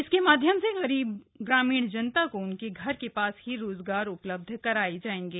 इसके माध्यम से गरीब ग्रामीण जनता को उनके घर के पास ही रोजगार उपलब्ध कराए जाएंगे